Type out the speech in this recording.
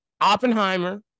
Oppenheimer